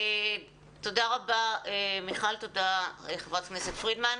תודה רבה מיכל, ותודה, חברת הכנסת פרידמן.